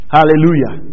Hallelujah